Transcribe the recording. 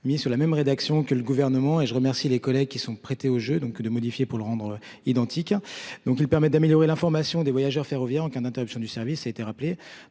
Mis sur la même rédaction que le gouvernement et je remercie les collègues qui sont prêtés au jeu donc de modifier pour le rendre identiques donc ils permettent d'améliorer l'information des voyageurs ferroviaires en cas d'interruption du service a été rappelé.